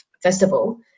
festival